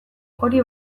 hori